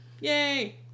Yay